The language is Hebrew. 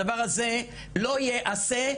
הדבר הזה לא ייעשה,